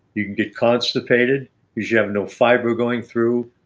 you can get constipated because you have no fiber going through.